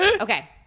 Okay